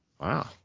wow